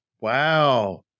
Wow